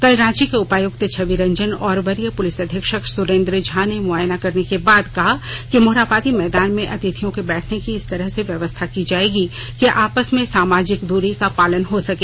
कल रांची के उपायुक्त छविरजन और वरीय पुलिस अधीक्षक सुरेन्द्र झा ने मुआयना करने के बाद कहा कि मोरहाबादी मैदान में अतिथियों के बैठने की इस तरह से व्यवस्था की जायेगी कि आपस में सामाजिक दूरी का पालन हो सके